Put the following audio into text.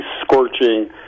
scorching